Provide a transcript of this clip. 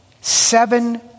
seven